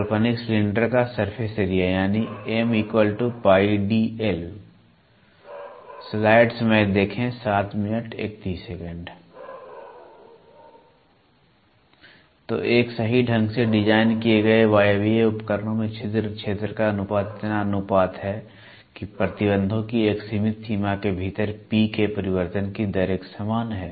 काल्पनिक सिलेंडर का surface area यानी M π D L तो एक सही ढंग से डिजाइन किए गए वायवीय उपकरणों में छिद्र क्षेत्र का अनुपात इतना अनुपात है कि प्रतिबंधों की एक सीमित सीमा के भीतर पी के परिवर्तन की दर एक समान है